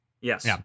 Yes